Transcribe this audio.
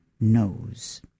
knows